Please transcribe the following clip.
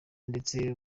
ndetse